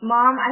Mom